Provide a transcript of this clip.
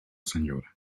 señora